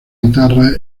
guitarra